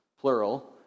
plural